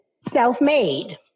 self-made